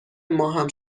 ماهم